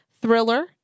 Thriller